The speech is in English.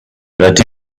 but